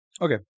Okay